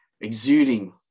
exuding